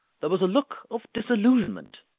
there was a look of disillusionment.